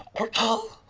ok.